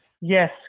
Yes